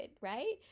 right